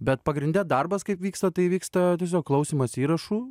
bet pagrinde darbas kaip vyksta tai vyksta tiesiog klausymas įrašų